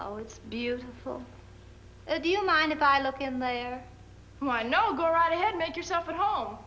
oh it's beautiful oh do you mind if i look in there my no go right ahead make yourself at home